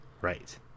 right